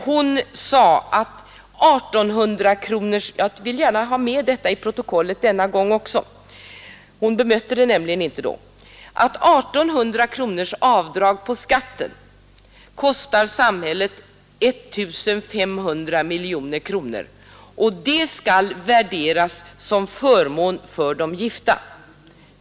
Hon sade då — jag vill ha med detta i protokollet även denna gång, eftersom hon inte bemötte det — att 1 800 kronors avdrag vid beskattningen kostar samhället 1 500 miljoner kronor och att detta skall värderas som en förmån för de gifta.